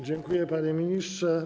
Dziękuję, panie ministrze.